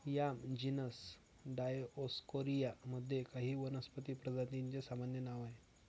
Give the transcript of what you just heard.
yam genus Dioscorea मध्ये काही वनस्पती प्रजातींचे सामान्य नाव आहे